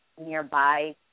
nearby